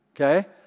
okay